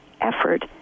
effort